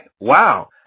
Wow